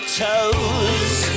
toes